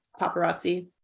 paparazzi